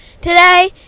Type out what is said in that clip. Today